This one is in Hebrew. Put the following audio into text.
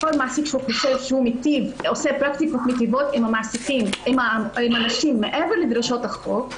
כל מעסיק שחושב שהוא עושה פרקטיקות מטיבות עם הנשים מעבר לדרישות החוק,